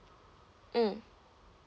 mm